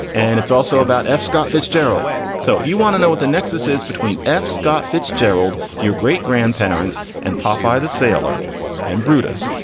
and it's also about f. scott fitzgerald. so if you want to know what the nexus is between f. scott fitzgerald, your great grandparents, and popeye the sailor and brutus,